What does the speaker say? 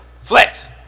Flex